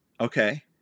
Okay